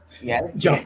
Yes